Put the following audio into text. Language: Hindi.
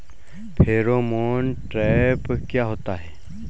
फेरोमोन ट्रैप क्या होता है?